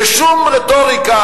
ושום רטוריקה,